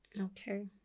Okay